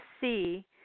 see